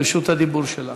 רשות הדיבור שלך.